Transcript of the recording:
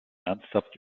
ernsthaft